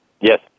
Yes